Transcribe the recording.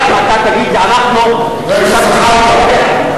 אתה תגיד לי: אנחנו מסבסדים יותר,